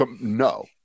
No